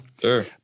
sure